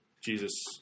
Jesus